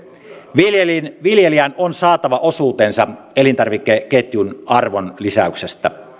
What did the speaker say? viljelijän viljelijän on saatava osuutensa elintarvikeketjun arvonlisäyksestä